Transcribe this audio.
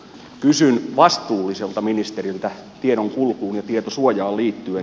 kysyn vastuulliselta ministeriltä tiedon kulkuun ja tietosuojaan liittyen